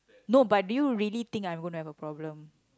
no but do you really think I'm going to have a problem